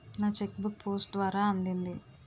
నా cheque book post ద్వారా అందింది